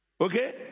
Okay